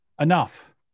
Enough